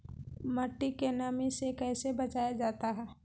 मट्टी के नमी से कैसे बचाया जाता हैं?